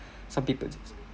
some people